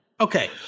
Okay